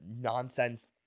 nonsense